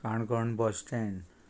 Canacona bus stand